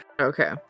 Okay